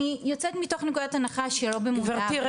אני יוצאת מתוך נקודת הנחה שלא במודע ולא בכוונה -- גברתי,